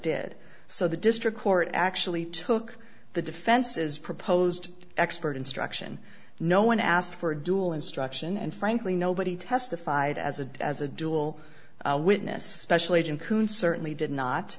did so the district court actually took the defense's proposed expert instruction no one asked for a dual instruction and frankly nobody testified as a as a dual witness special agent who certainly did not